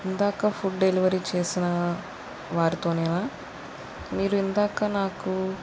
ఇందాక food delivery చేసిన వారితోనేనా మీరు ఇందాక నాకు